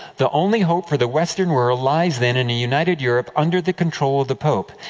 the only hope for the western world lies then in a united europe under the control of the pope.